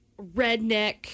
redneck